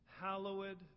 Hallowed